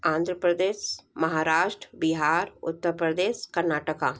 Andhra Pradesh Maharashtra Bihar Uttar Pradesh Karnataka